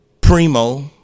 Primo